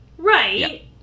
Right